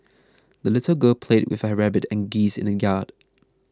the little girl played with her rabbit and geese in the yard